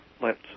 lets